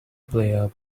player